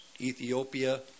Ethiopia